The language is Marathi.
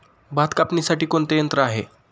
भात कापणीसाठी कोणते यंत्र आहे?